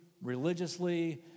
religiously